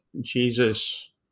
Jesus